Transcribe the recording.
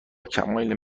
کمال